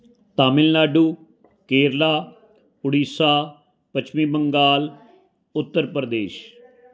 ਤਾਮਿਲਨਾਡੂ ਕੇਰਲਾ ਉੜੀਸਾ ਪੱਛਮੀ ਬੰਗਾਲ ਉੱਤਰ ਪ੍ਰਦੇਸ਼